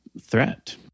threat